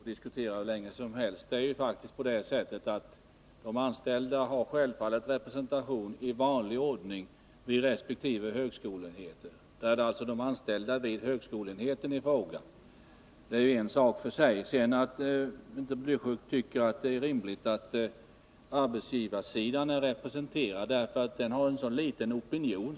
Herr talman! Om detta kan vi diskutera hur länge som helst. Det är ju faktiskt så, att de anställda självfallet har representation i vanlig ordning vid de högskoleenheter där de har sin anställning. Det är en sak för sig. Raul Blächer tycker att arbetsgivarsidan inte skall representeras, därför att den företräder en så liten opinion.